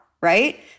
right